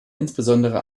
insbesondere